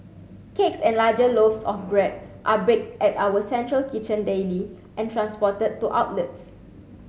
cakes and larger loaves of bread are baked at our central kitchen daily and transported to outlets